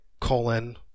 colon